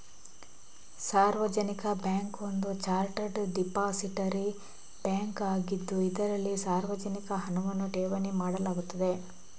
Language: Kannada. ಸಾರ್ವಜನಿಕ ಬ್ಯಾಂಕ್ ಒಂದು ಚಾರ್ಟರ್ಡ್ ಡಿಪಾಸಿಟರಿ ಬ್ಯಾಂಕ್ ಆಗಿದ್ದು, ಇದರಲ್ಲಿ ಸಾರ್ವಜನಿಕ ಹಣವನ್ನು ಠೇವಣಿ ಮಾಡಲಾಗುತ್ತದೆ